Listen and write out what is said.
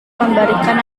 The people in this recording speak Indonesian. memberikan